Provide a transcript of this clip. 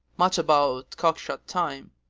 much about cock-shut time,